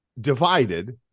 divided